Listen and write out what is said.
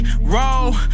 roll